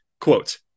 Quote